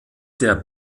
der